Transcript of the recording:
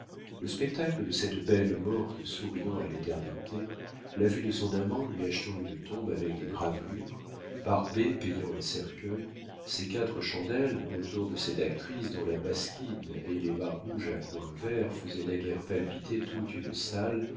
le spectacle de cette belle morte souriant à l'éternité la vue de son amant lui achetant une tombe avec des gravelures barbet payant un cercueil ces quatre chandelles autour de cette actrice dont la basquine et les bas rouges à coins verts faisaient naguère palpiter toute une salle